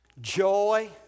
joy